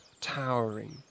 towering